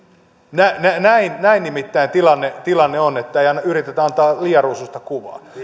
näin näin nimittäin tilanne tilanne on ei yritetä antaa liian ruusuista kuvaa